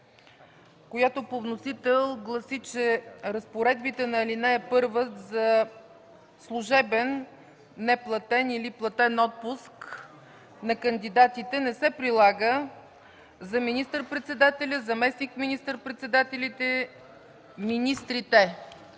която по вносител гласи, че разпоредбите на ал. 1 за неплатен служебен или платен отпуск на кандидатите не се прилага за министър-председателя, заместник министър-председателите и министрите.